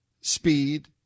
speed